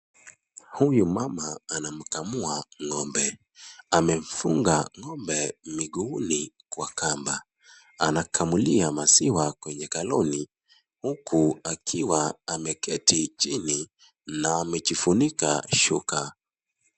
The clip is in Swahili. Huyu mama anamkamua ng'ombe. Amemfunga ng'ombe miguuni kwa kamba. Anakamlia maziwa kwenye kaloni, huku akiwa ameketi chini na amejifunika shuka.